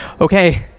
Okay